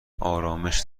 آرامش